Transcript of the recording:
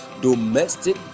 domestic